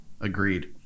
agreed